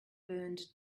burned